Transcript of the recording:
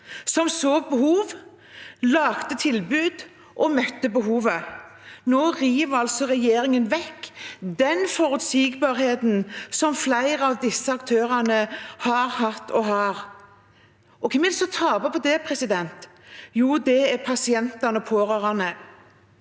som så behov, lagde tilbud og møtte behovet. Nå river regjeringen vekk den forutsigbarheten som flere av disse aktørene har hatt og har. Hvem er det som taper på det? Jo, det er pasientene og de pårørende.